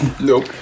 Nope